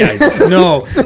No